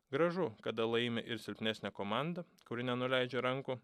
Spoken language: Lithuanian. gražu kada laimi ir silpnesnė komanda kuri nenuleidžia rankų